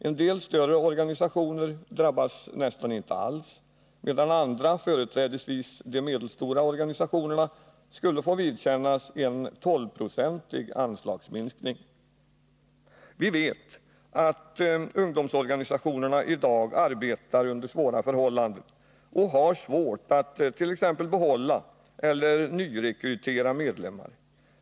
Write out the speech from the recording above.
En del större organisationer drabbas nästan inte alls, medan andra — företrädesvis de medelstora organisationerna — får vidkännas en 12-procentig anslagsminskning. Vi vet att ungdomsorganisationerna i dag arbetar under svåra förhållanden och har svårt att t.ex. behålla eller nyrekrytera medlemmar.